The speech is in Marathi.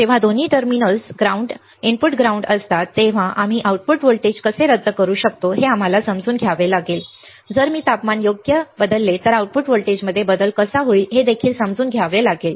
जेव्हा दोन्ही टर्मिनल इनपुट ग्राउंड असतात तेव्हा आम्ही आउटपुट व्होल्टेज कसे रद्द करू शकतो हे आम्हाला समजून घ्यावे लागेल जर मी तापमान योग्य बदलले तर आउटसेट व्होल्टेजमध्ये बदल कसा होईल हे देखील समजून घ्यावे लागेल